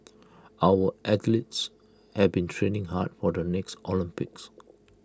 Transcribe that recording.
our athletes have been training hard for the next Olympics